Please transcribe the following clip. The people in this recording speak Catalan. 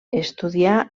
estudià